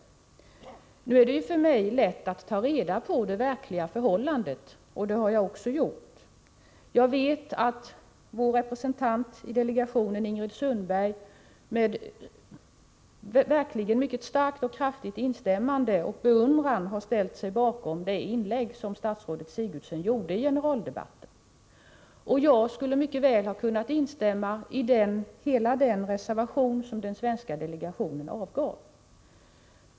Och det är för mig lätt att ta reda på det verkliga förhållandet. Det har jag också gjort. Jag vet att vår representant i delegationen, Ingrid Sundberg, verkligen med mycket kraftigt instämmande och med beundran har ställt sig bakom det inlägg som statsrådet Sigurdsen gjorde i generaldebatten. Jag skulle mycket väl ha kunnat instämma i hela den reservation som den svenska delegationen avgav.